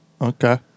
Okay